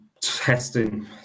testing